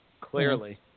Clearly